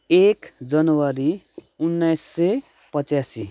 एक जनवरी उन्नाइस सय पच्यासी